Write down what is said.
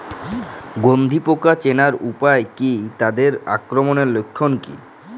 গন্ধি পোকা চেনার উপায় কী তাদের আক্রমণের লক্ষণ কী?